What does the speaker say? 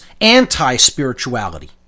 anti-spirituality